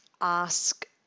ask